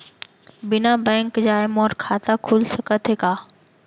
बिना बैंक जाए मोर खाता खुल सकथे का?